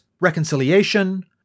reconciliation